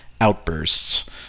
outbursts